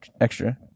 extra